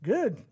Good